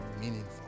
meaningful